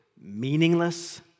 meaningless